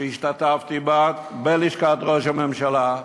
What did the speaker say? שהשתתפתי בה, בלשכת ראש הממשלה.